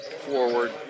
forward